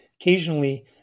occasionally